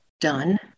done